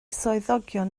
swyddogion